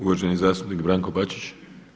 Uvaženi zastupnik Branko Bačić.